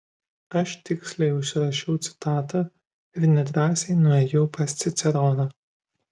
aš tiksliai užsirašiau citatą ir nedrąsiai nuėjau pas ciceroną